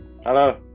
Hello